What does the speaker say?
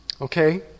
Okay